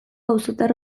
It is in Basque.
auzotar